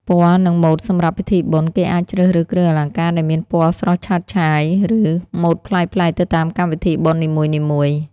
ពណ៌ និង ម៉ូដសម្រាប់ពិធីបុណ្យ គេអាចជ្រើសរើសគ្រឿងអលង្ការដែលមានពណ៌ស្រស់ឆើតឆាយ ឬ ម៉ូដប្លែកៗទៅតាមកម្មវិធីបុណ្យនីមួយៗ។